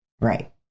right